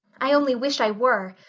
i only wish i were.